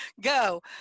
go